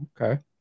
Okay